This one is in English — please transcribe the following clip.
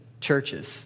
churches